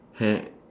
have